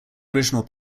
original